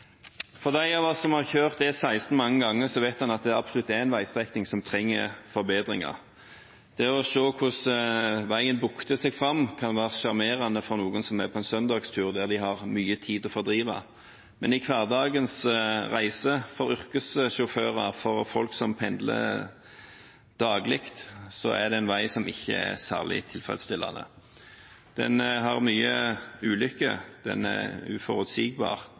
for framtiden blir digitalisert, og det betyr teknologi på veiene, ikke bare på jernbanen. De av oss som har kjørt E16 mange ganger, vet at det er en veistrekning som absolutt trenger forbedringer. Det å se hvordan veien bukter seg fram, kan være sjarmerende for noen som er på søndagstur der de har mye tid å fordrive, men i hverdagens reise for yrkessjåfører og folk som pendler daglig, er det en vei som ikke er særlig tilfredsstillende. Den har mange ulykker, den er uforutsigbar,